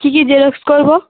কি কি জেরক্স করবো